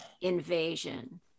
invasion